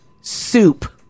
soup